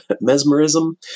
mesmerism